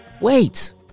wait